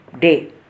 day